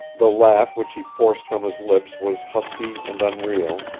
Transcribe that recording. the laugh which he forced from his lips was husky and unreal,